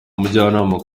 ubujyanama